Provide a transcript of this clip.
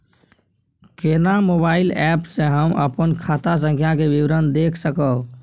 केना mobile app से हम अपन खाता संख्या के विवरण देख सकब?